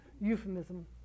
euphemism